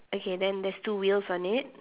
okay then there's two wheels on it